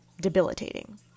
debilitating